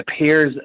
appears